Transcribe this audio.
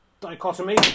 dichotomy